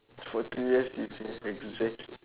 for three years you